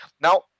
Now